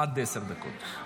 עד עשר דקות.